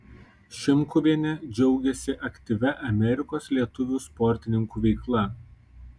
šimkuvienė džiaugiasi aktyvia amerikos lietuvių sportininkų veikla